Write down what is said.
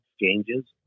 exchanges